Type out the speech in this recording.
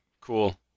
cool